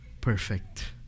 perfect